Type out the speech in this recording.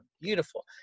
beautiful